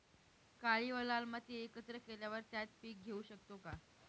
काळी व लाल माती एकत्र केल्यावर त्यात पीक घेऊ शकतो का?